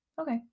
Okay